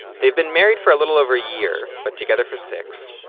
they've been married for a little over a year but together for six,